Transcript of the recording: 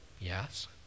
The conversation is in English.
Yes